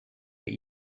get